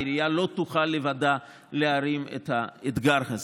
העירייה לא תוכל לבדה להרים את האתגר הזה.